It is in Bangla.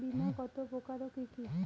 বীমা কত প্রকার ও কি কি?